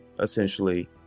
essentially